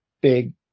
big